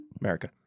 America